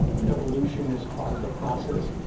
evolution is part of the process,